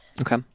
Okay